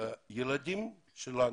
הילדים שלנו,